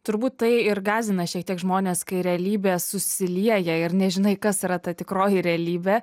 turbūt tai ir gąsdina šiek tiek žmones kai realybė susilieja ir nežinai kas yra ta tikroji realybė